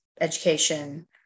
education